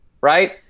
right